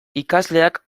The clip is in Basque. ikasleak